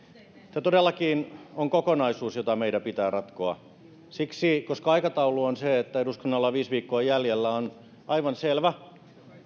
tämä todellakin on kokonaisuus jota meidän pitää ratkoa koska aikataulu on se että eduskunnalla on viisi viikkoa jäljellä on aivan selvä